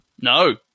no